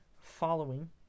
following